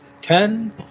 ten